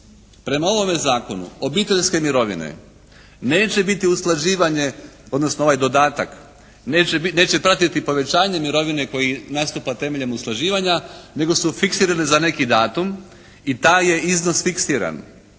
Prema ovome zakonu obiteljske mirovine neće biti usklađivane, odnosno ovaj dodatak neće pratiti povećanje mirovine koji nastupa temeljem usklađivanja nego su fiksirane za neki datum i taj je iznos fiksiran